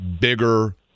bigger